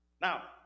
Now